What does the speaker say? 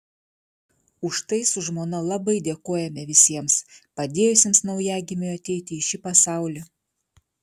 už tai su žmona labai dėkojame visiems padėjusiems naujagimiui ateiti į šį pasaulį